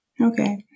Okay